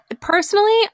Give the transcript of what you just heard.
personally